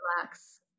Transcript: relax